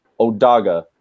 Odaga